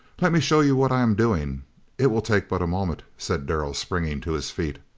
let me show you what i am doing it will take but a moment, said darrell, springing to his feet.